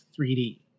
3d